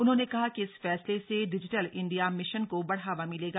उन्होंने कहा कि इस फैसले से डिजिटल इंडिया मिशन को बढ़ावा मिलेगा